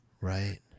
Right